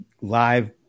live